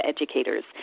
Educators